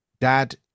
dad